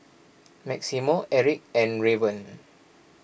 Maximo Erik and Raven